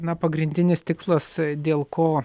na pagrindinis tikslas dėl ko